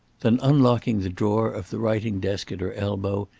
then unlocking the drawer of the writing-desk at her elbow,